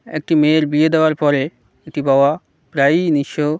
একটি মেয়ের বিয়ে দেওয়ার পরে একটি বাবা প্রায়ই নিঃস্ব